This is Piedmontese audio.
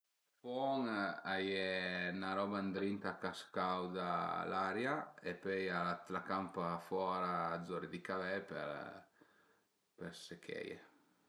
Fon, a ie 'na roba ëndrinta ch'a scauda l'aria e pöi a t'la campa fora zura di cavei për secheie